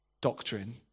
doctrine